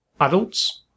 adults